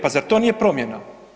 Pa zar to nije promjena?